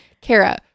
Kara